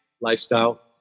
lifestyle